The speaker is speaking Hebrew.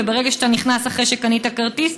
וברגע שאתה נכנס אחרי שקנית כרטיס,